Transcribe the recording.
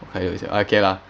hokkaido is it okay lah